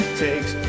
takes